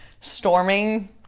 storming